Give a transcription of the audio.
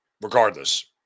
regardless